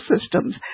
systems